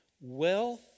Wealth